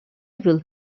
will